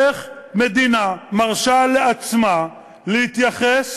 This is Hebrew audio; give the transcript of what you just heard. איך מדינה מרשה לעצמה להתייחס